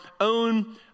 own